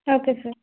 okay sir